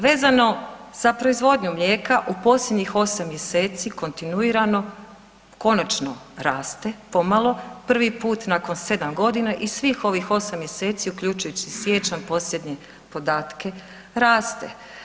Vezano za proizvodnju mlijeka u posljednjih 8 mjeseci kontinuirano konačno raste pomalo, prvi put nakon 7.g. i svih ovih 8 mjeseci uključujući i siječanj posljednji podatke raste.